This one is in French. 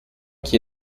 qui